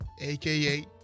AKA